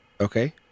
Okay